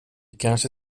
kanske